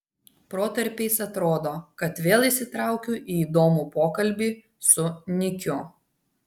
protarpiais atrodo kad vėl įsitraukiu į įdomų pokalbį su nikiu